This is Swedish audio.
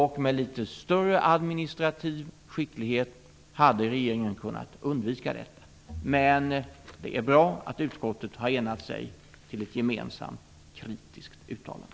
Med litet större administrativ skicklighet hade regeringen kunnat undvika detta. Det är bra att utskottet har enat sig till ett gemensamt kritiskt uttalande.